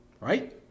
right